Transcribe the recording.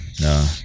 no